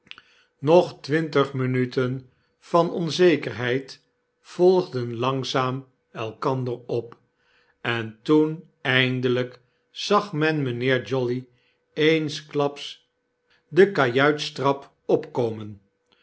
nog twintig minuten van onzekerheid volgden langzaam elkander op en toen eindeljjk zag men mynheer jolly eensklaps de kajuitstrap opkomen